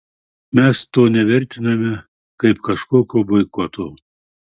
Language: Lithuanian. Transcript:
mes to nevertiname kaip kažkokio boikoto